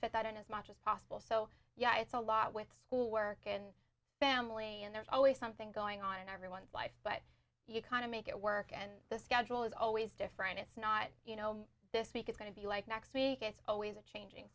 fit that in as much as possible so yeah it's a lot with school work and family and there's always something going on in everyone's life but you kind of make it work and the schedule is always different it's not you know this week is going to be like next week it's always changing